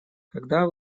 когда